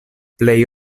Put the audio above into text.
plej